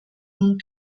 nun